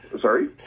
Sorry